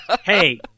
Hey